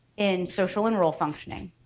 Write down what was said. in social and role functioning.